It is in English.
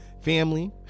family